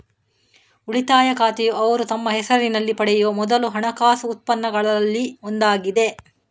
ಉಳಿತಾಯ ಖಾತೆಯುಅವರು ತಮ್ಮ ಹೆಸರಿನಲ್ಲಿ ಪಡೆಯುವ ಮೊದಲ ಹಣಕಾಸು ಉತ್ಪನ್ನಗಳಲ್ಲಿ ಒಂದಾಗಿದೆ